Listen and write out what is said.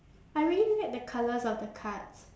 I really like the colours of the cards